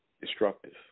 Destructive